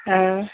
ꯑꯪ